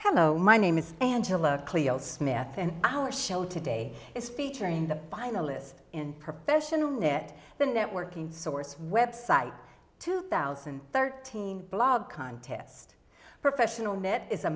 hello my name is angela smith and our show today is featuring the finalists in professional ned the networking source website two thousand and thirteen blog contest professional net is a